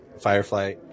Firefly